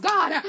God